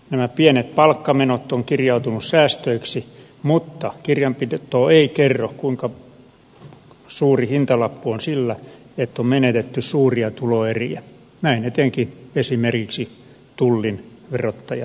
nämä pienet palkkamenot ovat kirjautuneet säästöiksi mutta kirjanpito ei kerro kuinka suuri hintalappu on sillä että on menetetty suuria tuloeriä näin etenkin esimerkiksi tullin ja verottajan suunnalla